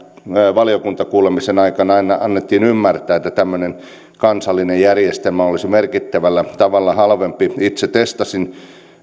valiokuntakuulemisen aikana annettiin ymmärtää että tämmöinen kansallinen järjestelmä olisi merkittävällä tavalla halvempi itse testasin